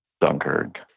Dunkirk